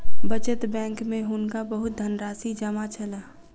बचत बैंक में हुनका बहुत धनराशि जमा छल